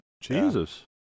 Jesus